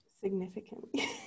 significantly